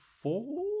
four